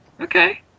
Okay